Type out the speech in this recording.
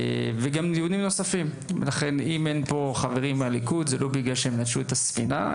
ואם אין פה חברים מהליכוד זה לא בגלל שהם נטשו את הספינה,